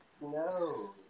No